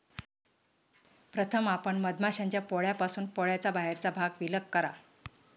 प्रथम आपण मधमाश्यांच्या पोळ्यापासून पोळ्याचा बाहेरचा भाग विलग करा